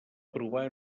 provar